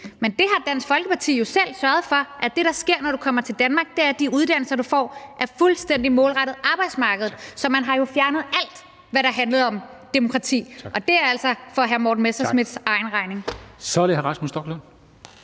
Men der har Dansk Folkeparti jo selv sørget for, at det, der sker, når du kommer til Danmark, er, at de uddannelser, du får, er fuldstændig målrettet arbejdsmarkedet. Så man har jo fjernet alt, hvad der handlede om demokrati, og det er altså for hr. Morten Messerschmidts egen regning. Kl. 14:26 Formanden